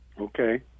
Okay